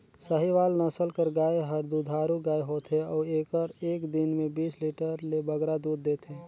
साहीवाल नसल कर गाय हर दुधारू गाय होथे अउ एहर एक दिन में बीस लीटर ले बगरा दूद देथे